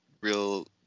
real